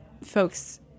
folks